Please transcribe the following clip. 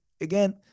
again